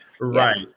Right